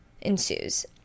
ensues